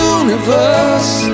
universe